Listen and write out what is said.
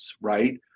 right